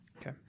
Okay